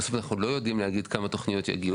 בסוף אנחנו לא יודעים להגיד כמה תוכניות יגיעו.